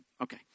Okay